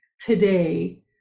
today